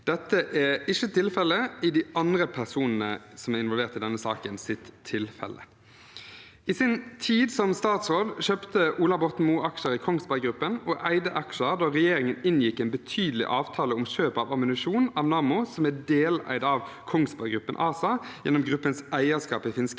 Dette er ikke tilfelle når det gjelder de andre personene som er involvert i denne saken. I sin tid som statsråd kjøpte Ola Borten Moe aksjer i Kongsberg Gruppen, og han eide aksjer da regjeringen inngikk en betydelig avtale om kjøp av ammunisjon av Nammo, som er deleid av Kongsberg Gruppen ASA gjennom gruppens eierskap i finske